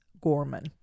Gorman